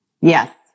Yes